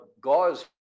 gauze